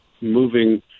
moving